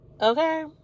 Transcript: Okay